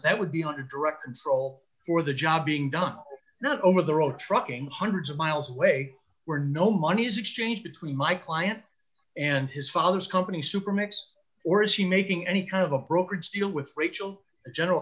that would be on direct control for the job being done not over the road trucking hundreds of miles away where no money is exchanged between my client and his father's company supermax or is he making any kind of a brokerage deal with rachel a general